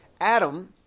Adam